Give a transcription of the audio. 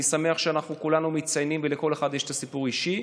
אני שמח שאנחנו כולנו מציינים ולכל אחד יש סיפור אישי.